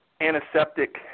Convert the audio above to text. antiseptic